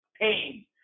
pain